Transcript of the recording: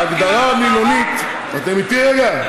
ההגדרה המילונית, אתם אתי רגע?